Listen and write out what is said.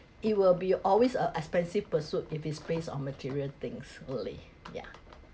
it will be always uh expensive pursuit if it's base on material things only yeah